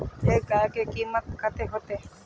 एक गाय के कीमत कते होते?